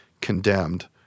condemned